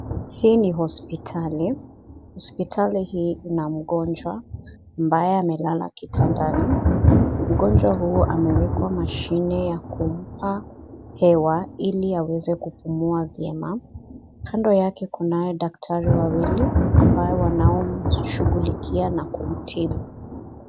Hii ni hospitali, hospitali hii ina mgonjwa ambaye amelala kitandani, mgonjwa huyo amewekwa mashine ya kumpa hewa ili aweze kupumua vyema. Kando yake kunaye daktari wawili ambao wanaomshugulikia na kumtibu.